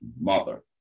mother